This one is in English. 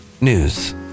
news